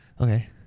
Okay